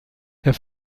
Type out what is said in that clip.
der